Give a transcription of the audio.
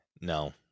No